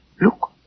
Look